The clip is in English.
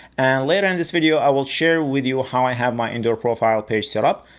later in this video i will share with you how i have my indoor profile page setup,